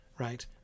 Right